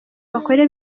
bakora